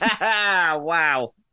Wow